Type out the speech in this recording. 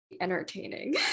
entertaining